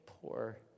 poor